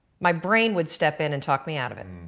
my brain would step in and talk me out of it.